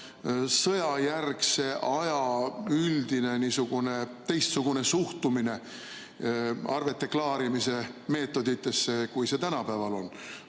sõjajärgse aja üldine teistsugune suhtumine arveteklaarimise meetoditesse, kui tänapäeval on.